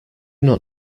not